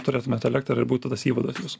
turėtumėt elektrą ir būtų tas įvadas jūsų